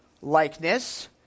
likeness